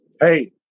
hey